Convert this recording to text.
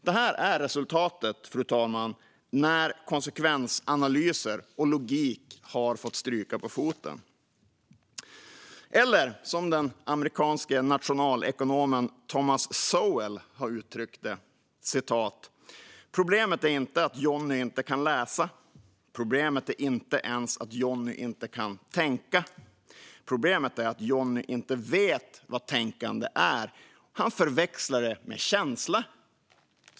Det här är resultatet när konsekvensanalyser och logik har fått stryka på foten, fru talman. Eller som den amerikanske nationalekonomen Thomas Sowell har uttryckt det: Problemet är inte att Johnny inte kan läsa. Problemet är inte ens att Johnny inte kan tänka. Problemet är att Johnny inte vet vad tänkande är; han förväxlar det med känsla.